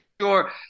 sure